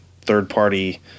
third-party